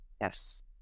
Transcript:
Yes